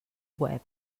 web